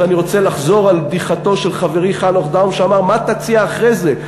ואני רוצה לחזור על בדיחתו של חברי חנוך דאום שאמר: מה תציע אחרי זה,